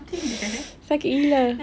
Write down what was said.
sakit gila